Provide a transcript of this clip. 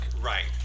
Right